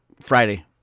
friday